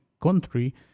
country